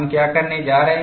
हम क्या करने जा रहे हैं